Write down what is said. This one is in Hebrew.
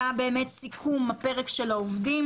סיכום הפרק של העובדים